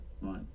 Right